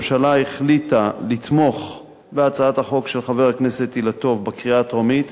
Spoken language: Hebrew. הממשלה החליטה לתמוך בהצעת החוק של חבר הכנסת אילטוב בקריאה הטרומית,